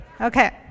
Okay